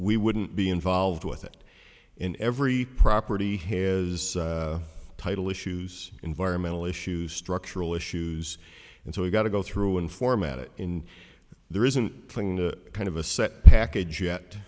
we wouldn't be involved with it and every property has title issues environmental issues structural issues and so we got to go through and format it in there isn't thing kind of a set package yet